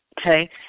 okay